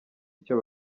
icyo